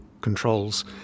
controls